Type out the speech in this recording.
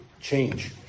change